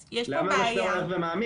אז יש פה בעיה- -- למה מצבם הולך ומעמיק,